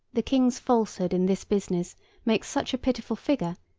the king's falsehood in this business makes such a pitiful figure,